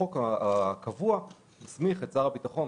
החוק הקבוע הסמיך את שר הביטחון,